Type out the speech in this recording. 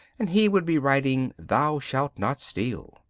and he would be writing thou shalt not steal.